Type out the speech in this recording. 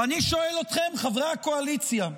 ואני שואל אתכם, חברי הקואליציה: